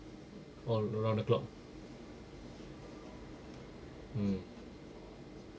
all round the clock mm